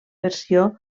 versió